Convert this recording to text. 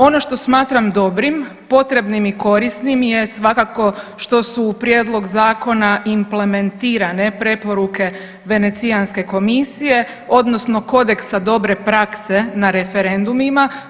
Ono što smatram dobrim, potrebnim i korisnim je svakako što su u prijedlog zakona implementirane preporuke Venecijanske komisije odnosno kodeksa dobre prakse na referendumima.